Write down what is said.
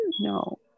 No